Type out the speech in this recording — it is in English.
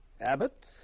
Abbott